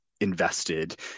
invested